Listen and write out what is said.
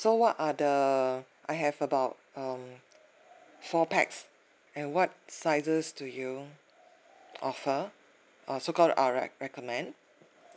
so what are the I have about um four pax and what sizes do you offer uh so called uh rec recommend